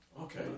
Okay